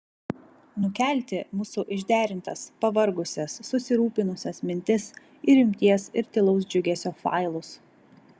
nukelti mūsų išderintas pavargusias susirūpinusias mintis į rimties ir tylaus džiugesio failus